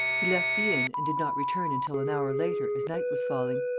he left the inn and did not return until an hour later as night was falling.